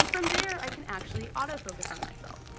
from there i can actually autofocus on myself.